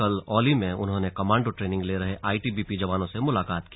कल औली में उन्होंने कमांडो ट्रेनिंग ले रहे आईटीबीपी जवानों से मुलाकात की